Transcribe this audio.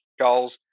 goals